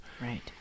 Right